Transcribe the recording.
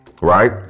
Right